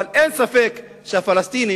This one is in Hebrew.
אבל אין ספק שהפלסטינים,